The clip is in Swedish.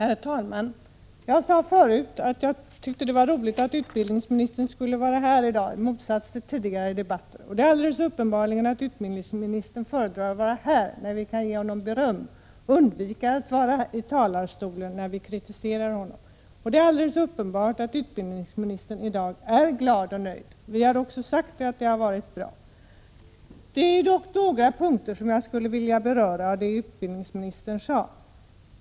Herr talman! Jag sade förut att jag tyckte att det var roligt att utbildningsministern skulle vara här i dag, i motsats till vad som varit fallet vid tidigare debatter. Det är alldeles uppenbart att utbildningsministern föredrar att vara här när vi kan ge honom beröm och undviker att stå i talarstolen när vi kritiserar honom. Det är också alldeles uppenbart att utbildningsministern i dag är glad och nöjd. Vi har också sagt att propositionen är bra. Det är dock några punkter i det utbildningsministern sade som jag skulle vilja beröra.